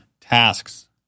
tasks